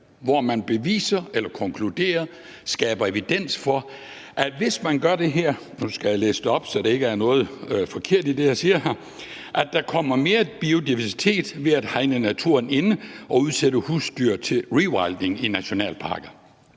grundlag beviser, konkluderer – hvad man nu vil bruge af ord – at der kommer mere biodiversitet ved at hegne naturen ind og udsætte husdyr til rewilding i nationalparker?